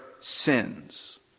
sins